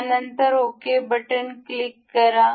त्यानंतर okay button click करा